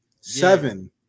Seven